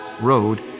Road